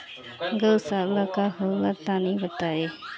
गौवशाला का होला तनी बताई?